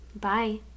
Bye